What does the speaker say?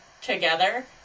together